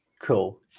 Cool